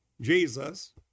Jesus